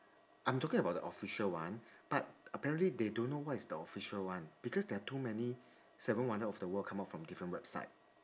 I'm talking about the official one but apparently they don't know what is the official one because there are too many seven wonder of the world come out from different website